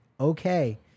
Okay